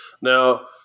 Now